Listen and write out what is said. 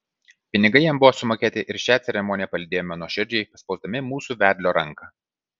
pinigai jam buvo sumokėti ir šią ceremoniją palydėjome nuoširdžiai paspausdami mūsų vedlio ranką